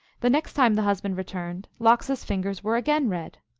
the next time the husband returned, lox s fingers were again red.